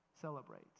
celebrate